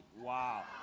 Wow